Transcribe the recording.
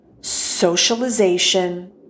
socialization